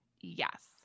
Yes